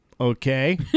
Okay